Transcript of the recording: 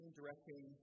directing